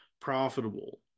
profitable